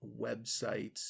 websites